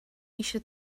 eisiau